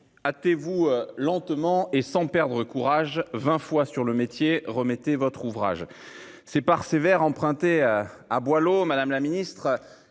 Hâtez-vous lentement, et, sans perdre courage, Vingt fois sur le métier remettez votre ouvrage ». Par ces vers empruntés à Boileau, madame la ministre,